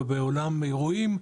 באולם אירועים,